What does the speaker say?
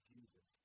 Jesus